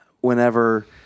whenever